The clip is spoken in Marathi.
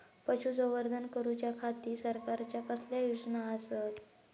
पशुसंवर्धन करूच्या खाती सरकारच्या कसल्या योजना आसत?